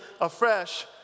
afresh